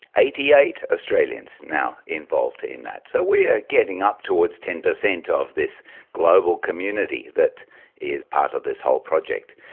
eighty eight australians now involved in that. so we're getting up towards ten percent of this global community that is part of this whole project.